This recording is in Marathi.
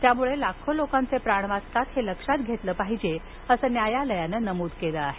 त्यामुळे लाखो लोकांचे प्राण वाचतात हे लक्षात घेतलं पाहिजे असं न्यायालयानं नमूद केलं आहे